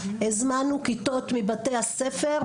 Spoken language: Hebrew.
הזמנו כיתות מבתי הספר,